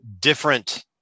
different